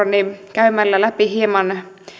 käymällä läpi hieman